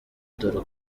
dore